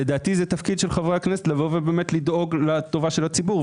לדעתי זה תפקיד חברי הכנסת לדאוג לטובת הציבור,